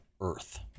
earth